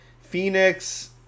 phoenix